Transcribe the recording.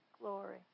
glory